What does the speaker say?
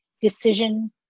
decision